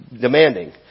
demanding